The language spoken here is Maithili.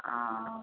हँ